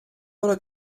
oder